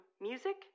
Music